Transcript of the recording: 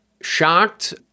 shocked